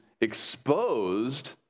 exposed